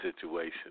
situation